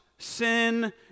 Sin